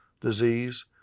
disease